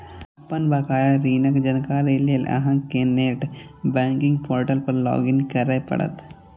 अपन बकाया ऋणक जानकारी लेल अहां कें नेट बैंकिंग पोर्टल पर लॉग इन करय पड़त